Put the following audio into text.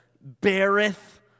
Beareth